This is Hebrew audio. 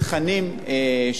תוכני מורשת.